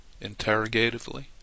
interrogatively